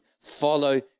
follow